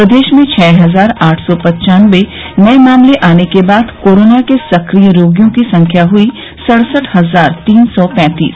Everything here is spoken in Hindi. प्रदेश में छः हजार आठ सौ पन्चानबे नये मामले आने के बाद कोरोना के सक्रिय रोगियों की संख्या हई सड़सठ हजार तीन सौ पैंतीस